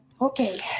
Okay